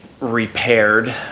repaired